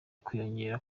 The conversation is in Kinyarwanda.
kwiyongera